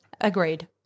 Agreed